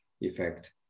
effect